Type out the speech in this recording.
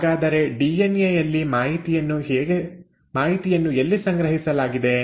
ಹಾಗಾದರೆ ಡಿಎನ್ಎ ಯಲ್ಲಿ ಮಾಹಿತಿಯನ್ನು ಎಲ್ಲಿ ಸಂಗ್ರಹಿಸಲಾಗಿದೆ